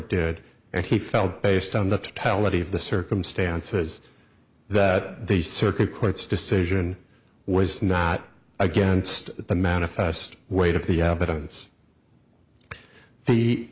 did and he felt based on the fatality of the circumstances that the circuit court's decision was not against the manifest weight of the yeah but it's the